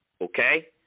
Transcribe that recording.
okay